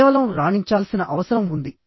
కేవలం రాణించాల్సిన అవసరం ఉంది